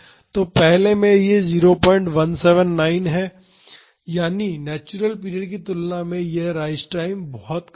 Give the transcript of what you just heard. तो पहले में यह 0179 है तो यानी नेचुरल पीरियड की तुलना में यह राइज टाइम बहुत कम है